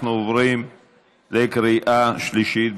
אנחנו עוברים לקריאה שלישית.